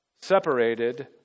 separated